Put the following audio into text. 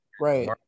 Right